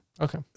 Okay